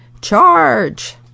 Charge